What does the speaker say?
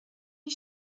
die